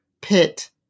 pit